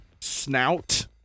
snout